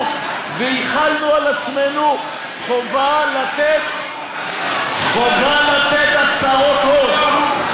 והחלנו על עצמנו חובה לתת הצהרות הון.